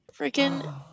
Freaking